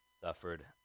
suffered